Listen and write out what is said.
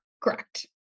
Correct